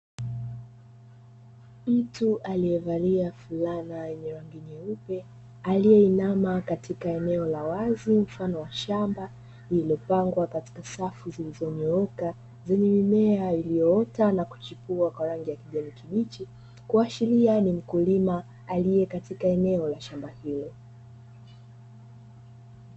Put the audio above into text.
Mtu aliyevalia fulana yenye rangi nyeupe aliyeinama katika eneo la wazi mfano wa shamba, lililopangwa katika safu zilizonyooka zenye mimea iliyoota na kuchipua kwa rangi ya kijani kibichi, kuashiria ni mkulima aliye katika eneo la shamba hilo.